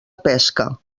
pesca